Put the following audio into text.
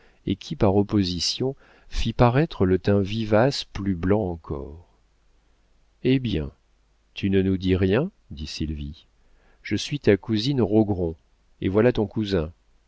et qui par opposition fit paraître le teint vivace plus blanc encore eh bien tu ne nous dis rien dit sylvie je suis ta cousine rogron et voilà ton cousin